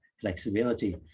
flexibility